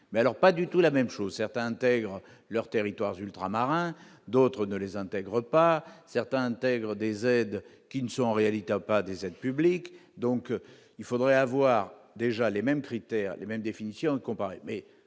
mais alors pas du tout la même chose, certains intègrent leurs territoires ultramarins, d'autres ne les intègrent pas certains intègrent des aides qui ne sont en réalité à pas des aides publiques, donc il faudrait avoir déjà les mêmes critères, les mêmes définitions comparer,